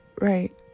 right